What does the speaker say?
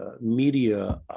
media